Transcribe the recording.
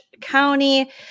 County